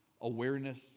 awareness